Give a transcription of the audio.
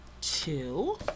two